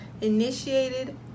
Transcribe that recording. initiated